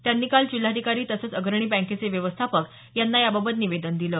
त्यांनी काल जिल्हाधिकारी तसंच अग्रणी बँकेचे व्यवस्थापक यांना याबाबतत निवेदन दिलं